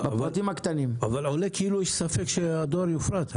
בפרטים הקטנים -- כאילו יש ספק שהדואר יופרט?